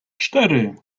cztery